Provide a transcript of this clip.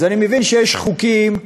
אז אני מבין שיש חוקים שבאמת,